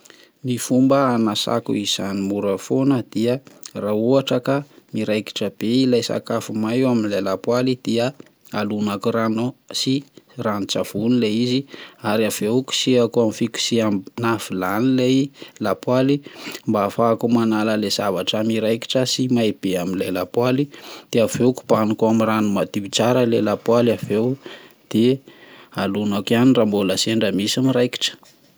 Ny fomba hanasako izany mora foana dia raha ohatra ka miraikitra be ilay sakafo may eo amin'ilay lapoaly dia halonako rano sy ranon-tsavony le izy ary aveo kosehako amin'ny fikosehana- na vilany le lapoaly mba afahako manala anle zavatra miraikitra sy may be amin'ny le lapoaly de aveo kobaniko aminy rano madio tsara le lapoaly, aveo de halonako ihany raha sendra mbola misy miraikitra.